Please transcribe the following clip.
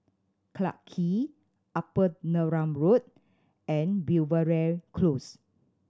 Clarke Quay Upper Neram Road and Belvedere Close